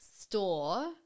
store